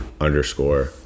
underscore